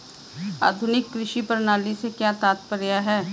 आधुनिक कृषि प्रणाली से क्या तात्पर्य है?